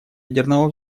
ядерного